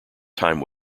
time